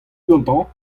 gantañ